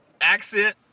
accent